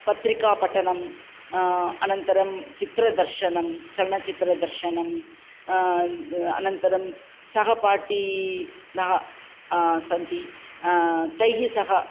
पत्रिकापठनम् अनन्तरं चित्रदर्शनं चलनचित्रदर्शनम् अनन्तरं सहपाठीनः सन्ति तैः सह